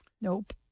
Nope